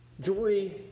Joy